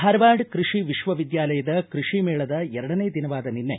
ಧಾರವಾಡ ಕೃಷಿ ವಿಶ್ವವಿದ್ಯಾಲಯದ ಕೃಷಿ ಮೇಳದ ಎರಡನೇ ದಿನವಾದ ನಿನ್ನೆ